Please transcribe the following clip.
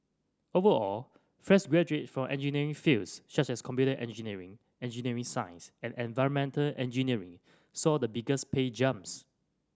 overall fresh graduates for engineering fields such as computer engineering engineering science and environmental engineering saw the biggest pay jumps